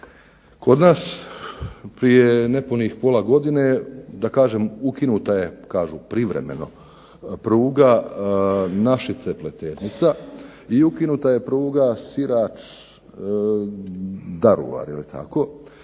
Kod nas prije nepunih pola godine, ukinuta je privremeno pruga Našice-Pleternica i ukinuta je pruga Sirač-Daruvar. Dakle,